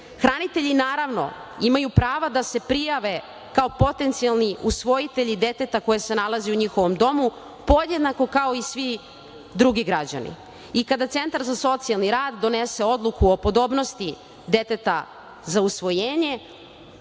život. Hranitelji, naravno, imaju prava da se prijave kao potencijalni usvojitelji deteta koje se nalazi u njihovom domu podjednako kao i svi drugi građani i kada centar za socijalni rad donese odluku o podobnosti deteta za usvojenje,